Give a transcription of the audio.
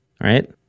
Right